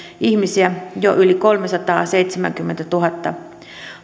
ihmisiä jo yli kolmesataaseitsemänkymmentätuhatta